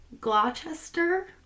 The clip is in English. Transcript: Gloucester